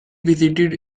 visited